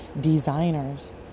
designers